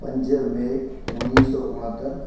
पंज मे उणिवीह सौ उणहतरि